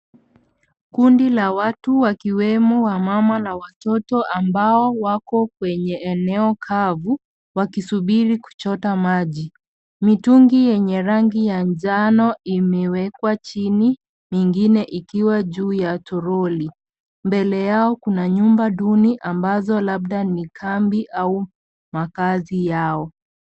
Kundi la watu wakiwemo wamama na watoto ambao wako kwenye eneo kavu wakisubiri kuchota maji, mitungi yenye rangi ya njano imewekwa chini, ingine ikiwa juu ya toroli mbele yao kuna nyumba duni ambazo labda ni kambi au makaazi yao.